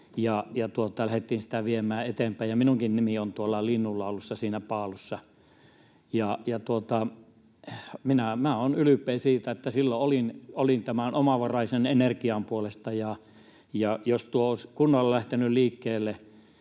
lähdettiin sitä viemään eteenpäin. Minunkin nimi on tuolla Linnunlaulussa siinä paalussa. Minä olen ylpeä siitä, että silloin olin tämän omavaraisen energian puolesta. Jos tuo ydinvoimahanke olisi kunnolla lähtenyt liikkeelle,